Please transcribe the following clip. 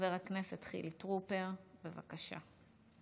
חבר הכנסת חילי טרופר, בבקשה.